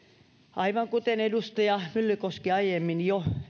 aivan kuten edustaja myllykoski aiemmin jo